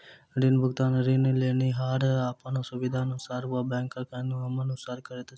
ऋण भुगतान ऋण लेनिहार अपन सुबिधानुसार वा बैंकक नियमानुसार करैत छै